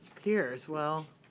here as well.